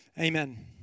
Amen